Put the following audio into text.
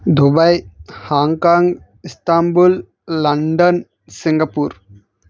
Dubai Hong Kong Istanbul London Singapore